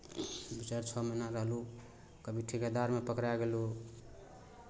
दू चारि छओ महीना रहलहुँ कभी ठेकेदारमे पकड़ाए गेलहुँ